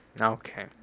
Okay